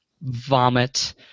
vomit